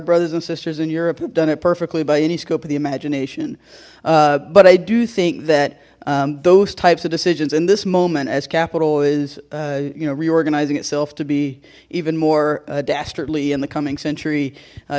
brothers and sisters in europe have done it perfectly by any scope of the imagination but i do think that those types of decisions in this moment as capital is you know reorganizing itself to be even more dastardly in the coming century